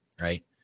Right